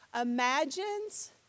imagines